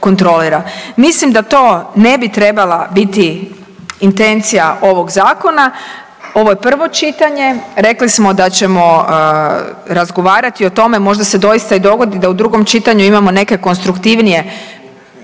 kontrolira? Mislim da to ne bi trebala biti intencija ovoga Zakona. Ovo je prvo čitanje. Rekli smo da ćemo razgovarati o tome. Možda se doista i dogodi da u drugom čitanju imamo neke konstruktivnije